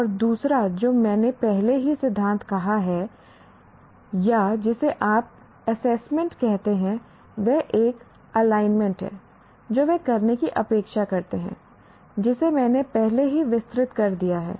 और दूसरा जो मैंने पहले ही सिद्धांत कहा है या जिसे आप एसेसमेंट कहते हैं वह एक एलाइनमेंट है जो वे करने की अपेक्षा करते हैं जिसे मैंने पहले ही विस्तृत कर दिया है